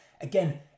again